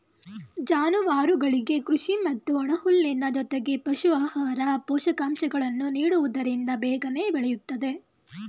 ಜಾನುವಾರುಗಳಿಗೆ ಕೃಷಿ ಮತ್ತು ಒಣಹುಲ್ಲಿನ ಜೊತೆಗೆ ಪಶು ಆಹಾರ, ಪೋಷಕಾಂಶಗಳನ್ನು ನೀಡುವುದರಿಂದ ಬೇಗನೆ ಬೆಳೆಯುತ್ತದೆ